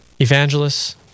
Evangelists